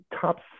top